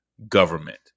Government